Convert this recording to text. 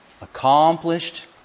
accomplished